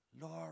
Lord